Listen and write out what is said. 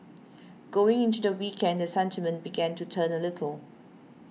going into the weekend the sentiment began to turn a little